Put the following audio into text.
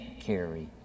carry